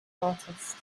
artist